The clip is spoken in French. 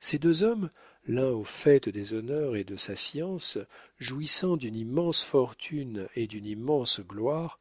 ces deux hommes l'un au faîte des honneurs et de sa science jouissant d'une immense fortune et d'une immense gloire